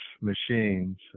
machines